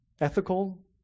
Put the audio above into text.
ethical